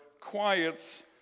quiets